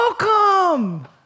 Welcome